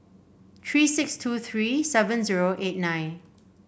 three six two three seven zero eight nine